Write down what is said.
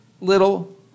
little